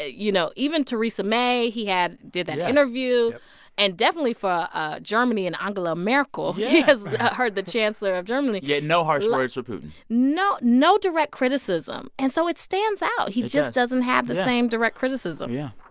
you know, even theresa may. he had did that interview and definitely for ah germany and angela merkel yeah he has her, the chancellor of germany yet no harsh words for putin no, no direct criticism, and so it stands out it does he just doesn't have the same direct criticism yeah.